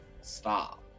Stop